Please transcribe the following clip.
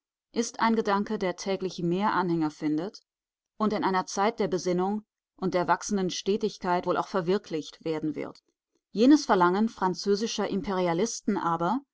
ist ein gedanke der täglich mehr anhänger findet und in einer zeit der besinnung und der wachsenden stetigkeit wohl auch verwirklicht werden wird jenes verlangen französischer imperialisten aber